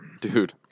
Dude